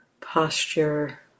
posture